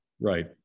right